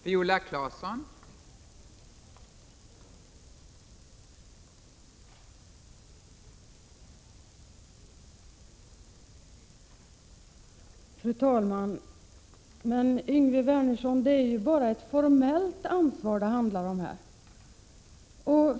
Fru talman! Men, Yngve Wernersson, det är ju bara fråga om ett formellt ansvar.